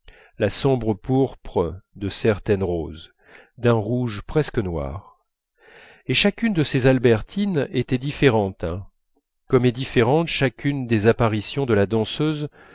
la sombre pourpre de certaines roses d'un rouge presque noir et chacune de ces albertines était différente comme est différente chacune des apparitions de la danseuse